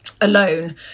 Alone